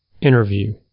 interview